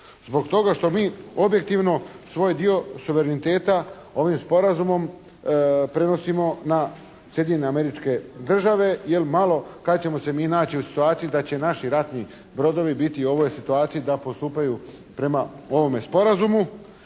zbog toga što mi objektivno svoj dio suvereniteta ovim sporazumom prenosimo na Sjedinjenje Američke Države jer malo kad ćemo se mi naći u situaciji da će naši ratni brodovi biti u ovoj situaciji da postupaju prema ovome sporazumu.